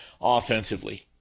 offensively